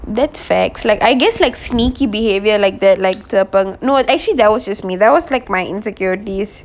that facts like I guess like sneaky behavior like that like the pang actually there was just me that was like my insecurities